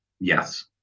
Yes